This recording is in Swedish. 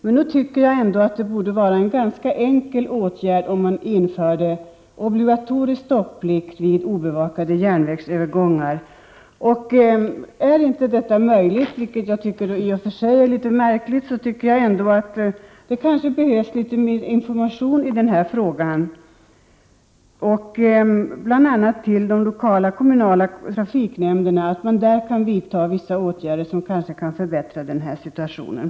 Men jag tycker ändå att det borde vara ganska enkelt att införa obligatorisk stopplikt vid obevakade järnvägsövergångar. Är inte detta möjligt — vilket jag tycker är märkligt — tycker jag att det behövs litet 53 mer information i den här frågan, bl.a. information till de lokala kommunala trafiknämnderna om att man där kanske kan vidta vissa åtgärder som kan förbättra förhållandena.